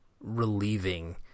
relieving